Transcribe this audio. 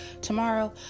tomorrow